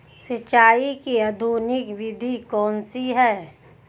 सिंचाई की आधुनिक विधि कौन सी है?